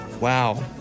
Wow